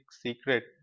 secret